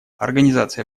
организация